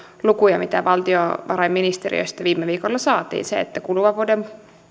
lukuja mitä valtiovarainministeriöstä viime viikolla saatiin että kuluvan vuoden